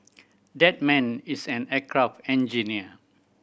that man is an aircraft engineer